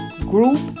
group